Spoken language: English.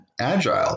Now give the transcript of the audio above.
Agile